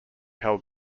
held